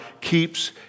keeps